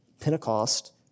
Pentecost